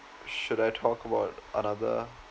should I talk about another